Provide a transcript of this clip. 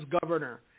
governor